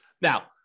Now